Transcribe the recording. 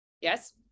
yes